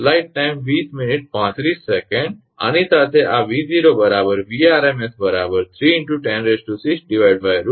આની સાથે આ 𝑉0 𝑉𝑟𝑚𝑠 3×106√2 × 0